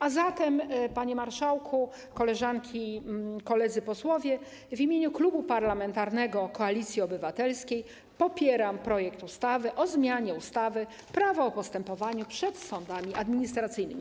A zatem, panie marszałku, koleżanki, koledzy posłowie, w imieniu Klubu Parlamentarnego Koalicja Obywatelska popieram projekt ustawy o zmianie ustawy - Prawo o postępowaniu przed sądami administracyjnymi.